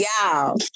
y'all